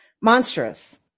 monstrous